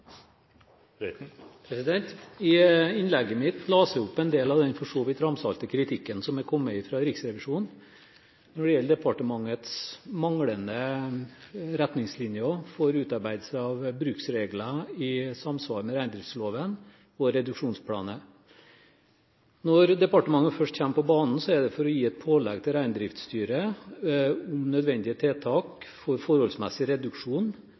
innspillet. I innlegget mitt leste jeg opp en del av den for så vidt ramsalte kritikken som har kommet fra Riksrevisjonen når det gjelder departementets manglende retningslinjer for utarbeidelse av bruksregler i samsvar med reindriftsloven og reduksjonsplaner. Når departementet først kommer på banen, er det for å gi et pålegg til Reindriftsstyret om nødvendige tiltak for forholdsmessig reduksjon